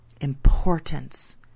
importance